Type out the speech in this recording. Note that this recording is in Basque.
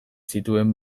zituen